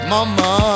Mama